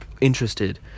interested